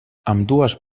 ambdues